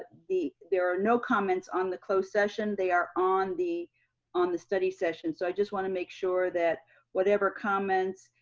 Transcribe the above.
there are no comments on the closed session, they are on the on the study session. so i just wanna make sure that whatever comments,